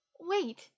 Wait